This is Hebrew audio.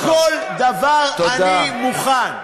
כל דבר אני מוכן.